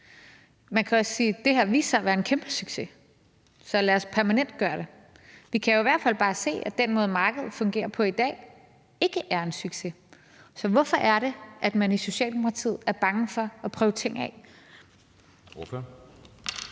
Man kan også sige, at det her viste sig at være en kæmpesucces, så lad os permanentgøre det. Vi kan jo i hvert fald bare se, at den måde, markedet fungerer på i dag, ikke er en succes. Så hvorfor er man i Socialdemokratiet bange for at prøve ting af?